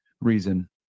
reason